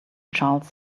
charles